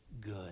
good